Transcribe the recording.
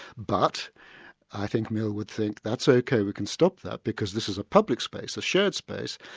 but i think mill would think that's ok, we can stop that because this is a public space, a shared space,